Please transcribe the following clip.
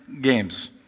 games